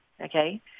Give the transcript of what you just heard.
okay